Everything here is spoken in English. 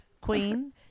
Queen